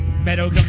Meadow